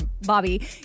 Bobby